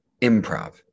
improv